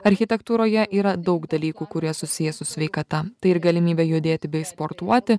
architektūroje yra daug dalykų kurie susiję su sveikata tai ir galimybė judėti bei sportuoti